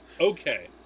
Okay